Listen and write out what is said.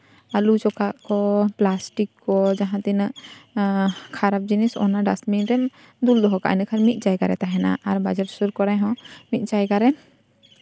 ᱟᱹᱞᱩ ᱪᱚᱠᱟᱜ ᱠᱚ ᱯᱞᱟᱥᱴᱤᱠ ᱠᱚ ᱡᱟᱦᱟᱸ ᱛᱤᱱᱟᱹᱜ ᱠᱷᱟᱨᱟᱯ ᱡᱤᱱᱤᱥ ᱚᱱᱟ ᱰᱟᱥᱴᱵᱤᱱ ᱨᱮ ᱫᱩᱞ ᱫᱚᱦᱚ ᱠᱟᱜᱼᱟ ᱮᱸᱰᱮᱠᱷᱟᱱ ᱢᱤᱫ ᱡᱟᱭᱜᱟᱨᱮ ᱛᱟᱦᱮᱱᱟ ᱟᱨ ᱵᱟᱡᱟᱨ ᱥᱩᱨ ᱠᱚᱨᱮ ᱦᱚᱸ ᱢᱤᱫ ᱡᱟᱭᱜᱟ ᱨᱮ